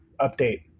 update